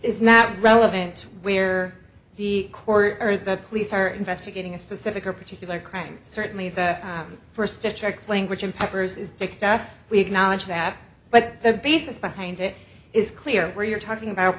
is not relevant we're the court or the police are investigating a specific or particular crime certainly that first detects language in piper's is dicta we acknowledge that but the basis behind it is clear where you're talking about